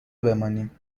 بمانیم